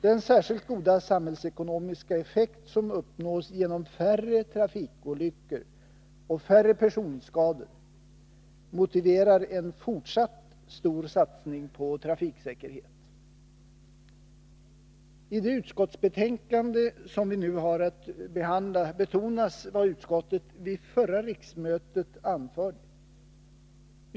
Den särskilt goda samhällsekonomiska effekt som uppnås genom färre trafikolyckor och färre personskador motiverar en fortsatt stor satsning på trafiksäkerhet. I det utskottsbetänkande som vi nu har att behandla betonas vad utskottet vid förra riksmötet anförde.